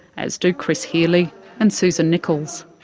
as do chris healy and susan nicholls.